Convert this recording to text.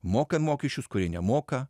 moka mokesčius kurie nemoka